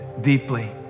deeply